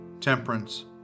temperance